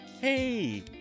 hey